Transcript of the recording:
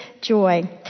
joy